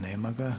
Nema ga.